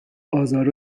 آزار